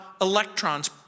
electrons